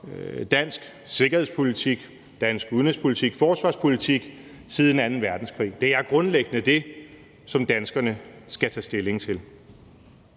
dansk sikkerhedspolitik og dansk udenrigs- og forsvarspolitik siden anden verdenskrig? Det er grundlæggende det, som danskerne skal tage stilling til.